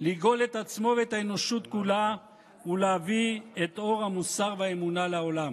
לגאול את עצמו ואת האנושות כולה ולהביא את אור המוסר והאמונה לעולם.